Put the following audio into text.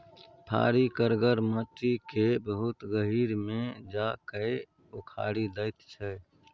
फारी करगर माटि केँ बहुत गहींर मे जा कए उखारि दैत छै